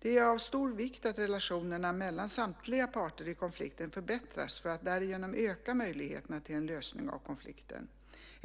Det är av stor vikt att relationerna mellan samtliga parter i konflikten förbättras för att därigenom öka möjligheterna till en lösning av konflikten.